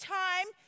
time